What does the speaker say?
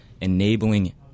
enabling